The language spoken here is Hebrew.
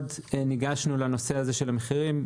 במשרד ניגשנו לנושא הזה של המחירים,